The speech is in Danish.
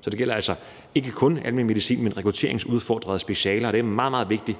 Så det gælder altså ikke kun almen medicin, men også rekrutteringsudfordrede specialer, og det er meget, meget vigtigt